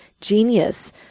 genius